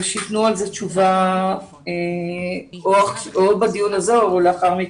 הם צריכים לתת על זה תשובה בדיון הזה או לאחר מכן.